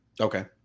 okay